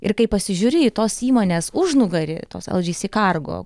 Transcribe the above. ir kai pasižiūri į tos įmonės užnugarį tos eldžėsė kargo